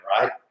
right